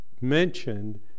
mentioned